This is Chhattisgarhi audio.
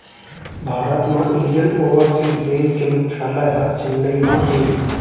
भारत म इंडियन ओवरसीज़ बेंक के मुख्यालय ह चेन्नई म हे